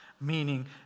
Meaning